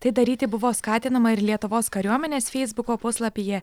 tai daryti buvo skatinama ir lietuvos kariuomenės feisbuko puslapyje